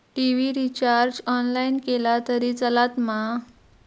TV recharge online केला तरी चलात मा?